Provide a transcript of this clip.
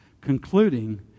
concluding